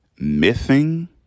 missing